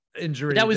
injury